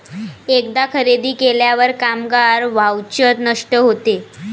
एकदा खरेदी केल्यावर कामगार व्हाउचर नष्ट होते